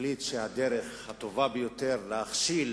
החליט שהדרך הטובה ביותר להכשיל